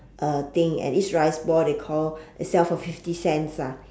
uh thing and each rice ball they call they sell for fifty cents ah